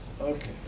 Okay